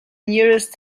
nearest